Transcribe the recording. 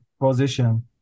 position